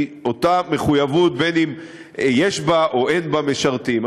אותה מחויבות בין שיש בה ובין שאין בה משרתים.